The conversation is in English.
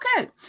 Okay